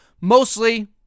Mostly